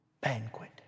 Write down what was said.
banquet